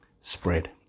spread